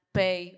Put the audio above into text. pay